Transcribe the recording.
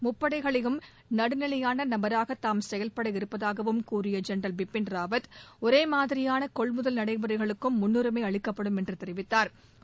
முப்படைகளுக்கும் நடுநிலையானநபராகதாம் செயல்பட இருப்பதாகவும் கூறியஜெனரல் பிபின் ராவத் ஒரேமாதிரியானகொள்முதல் நடைமுறைகளுக்கும் முன்னுரிமைஅளிக்கப்படும் என்றுதெரிவித்தாா்